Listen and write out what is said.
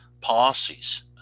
policies